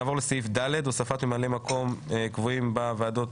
הוספת ממלאי מקום קבועים בוועדות.